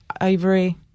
ivory